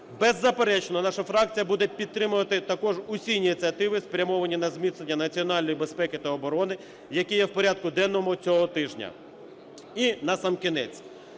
Беззаперечно, наша фракція буде підтримувати також всі ініціативи, спрямовані на зміцнення національної безпеки та оборони, які є в порядку денному цього тижня. І насамкінець,